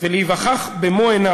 ולהיווכח במו-עיני